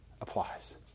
applies